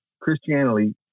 Christianity